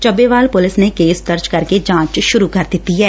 Chabbewal police ਨੇ case ਦਰਜ ਕਰਕੇ ਜਾਂਚ ਸੁਰੂ ਕਰ ਦਿੱਤੀ ਐ